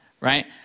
Right